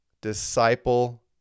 disciple